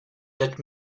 that